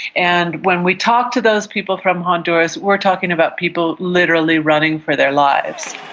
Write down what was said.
and when we talk to those people from honduras we're talking about people literally running for their lives.